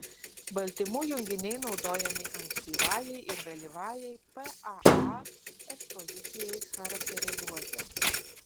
baltymų junginiai naudojami ankstyvajai ir vėlyvajai paa ekspozicijai charakterizuoti